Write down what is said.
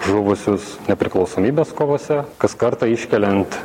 žuvusius nepriklausomybės kovose kas kartą iškeliant